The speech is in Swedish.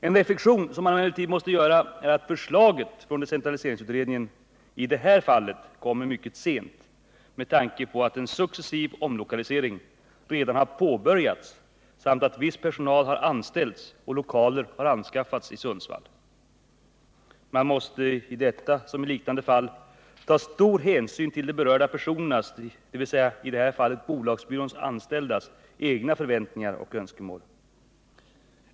En reflexion som man emellertid måste göra är att förslaget från decentraliseringsutredningen i det här fallet kommer mycket sent med tanke på att en successiv omlokalisering redan har påbörjats samt att viss personal har anställts och lokaler har anskaffats i Sundsvall. Man måste i detta som i liknande fall ta stor hänsyn till de berörda personernas, dvs. i det här fallet bolagsbyråns anställda, egna förväntningar och önskemål.